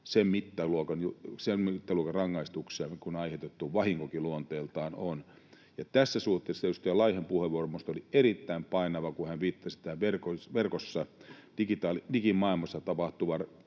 sen mittaluokan rangaistuksia kuin aiheutettu vahinkokin luonteeltaan on. Ja tässä suhteessa edustaja Laihon puheenvuoro minusta oli erittäin painava, kun hän viittasi tähän verkossa, digimaailmassa, tapahtuvaan